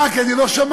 אה, כי אני לא שמעתי.